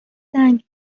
زنگ